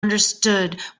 understood